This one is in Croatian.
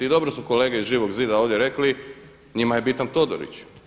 I dobro su kolege iz Živog zida ovdje rekli njima je bitan Todorić.